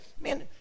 Man